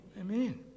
Amen